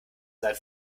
sein